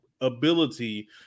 ability